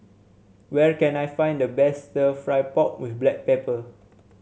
where can I find the best stir fry pork with Black Pepper